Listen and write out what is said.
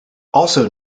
also